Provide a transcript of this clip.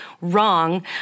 wrong